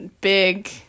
big